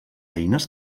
eines